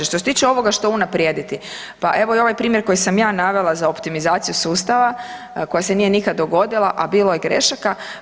Što se tiče ovoga što unaprijediti, pa evo i ovaj primjer koji sam ja navela za optimizaciju sustava koja se nikad nije dogodila, a bilo je grešaka.